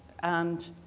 and